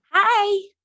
Hi